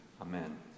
Amen